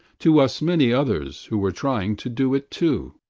to us many others who were trying to do it too.